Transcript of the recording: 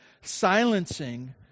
silencing